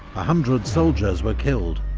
hundred soldiers were killed.